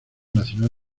nacional